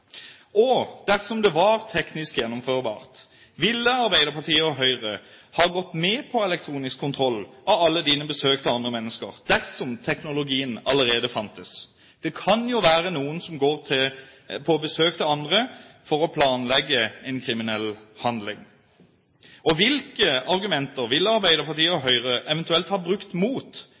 Og: Dersom det var teknisk gjennomførbart, dersom teknologien allerede fantes, ville Arbeiderpartiet og Høyre ha gått med på elektronisk kontroll av alle besøk til andre mennesker? Det kan jo være noen som går på besøk til andre for å planlegge en kriminell handling. Hvilke argumenter ville Arbeiderpartiet og Høyre eventuelt ha brukt